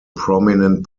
prominent